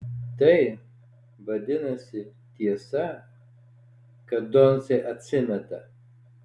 tai vadinasi tiesa kad doncė atsimeta